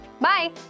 bye